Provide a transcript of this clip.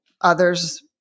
others